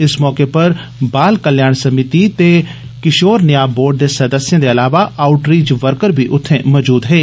इस मौके उप्पर बाल कल्याण समिति ते किषोर न्याऽ बोर्ड दे सदस्ये दे अलावा आउटरीच वर्कर बी उत्थे मौजूद हे